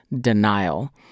denial